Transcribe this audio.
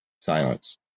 silence